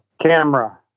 camera